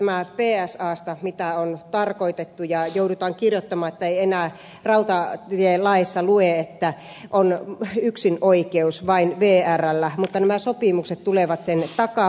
psasta johtuen niin on tarkoitettu ja joudutaan kirjoittamaan että ei enää rautatielaissa lue että on yksinoikeus vain vrllä mutta nämä sopimukset tulevat sen takaamaan